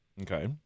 Okay